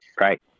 right